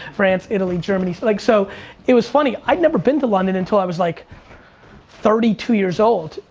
france, italy, germany, like so it was funny. i've never been to london until i was like thirty two years old.